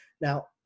Now